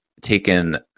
taken